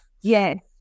Yes